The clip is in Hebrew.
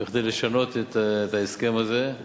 כדי לשנות את ההסכם הזה,